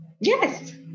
Yes